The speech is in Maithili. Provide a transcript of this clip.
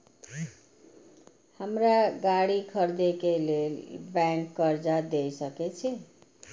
हमरा गाड़ी खरदे के लेल बैंक कर्जा देय सके छे?